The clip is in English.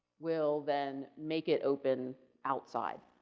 will then make it open outside,